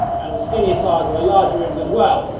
and the skinnier tyres on the larger rims, as well.